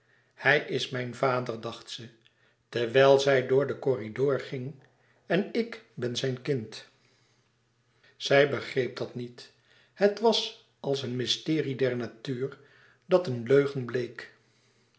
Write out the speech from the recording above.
hij is mijn vader dacht ze terwijl zij door den corridor ging en ik ben zijn kind zij begreep dat niet het was als een mysterie der natuur dat een leugen bleek